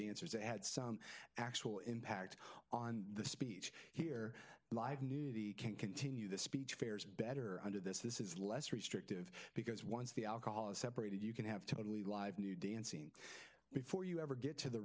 dancers to add some actual impact on the speech here live news he can't continue the speech fares better under this this is less restrictive because once the alcohol is separated you can have totally live new dancing before you ever get to the